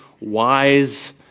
wise